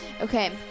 Okay